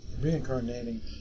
reincarnating